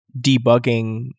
debugging